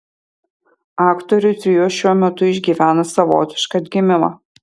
aktorių trio šiuo metu išgyvena savotišką atgimimą